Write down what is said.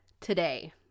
today